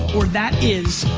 or that is,